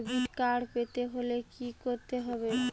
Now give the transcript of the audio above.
Debit card পেতে হলে কি করতে হবে?